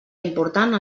important